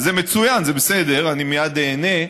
אז זה מצוין, זה בסדר, אני מייד אענה.